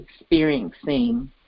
experiencing